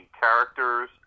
characters